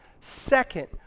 Second